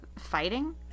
fighting